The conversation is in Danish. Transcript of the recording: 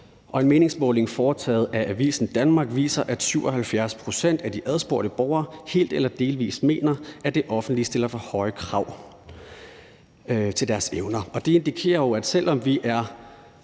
en meningsmåling foretaget af Avisen Danmark viser, at 77 pct. af de adspurgte borgere helt eller delvis mener, at det offentlige stiller for høje krav til deres evner. Og det indikerer jo, at der, selv